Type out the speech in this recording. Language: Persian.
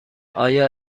آیا